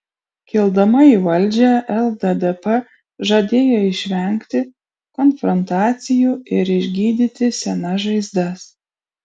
kildama į valdžią lddp žadėjo išvengti konfrontacijų ir išgydyti senas žaizdas